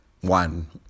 one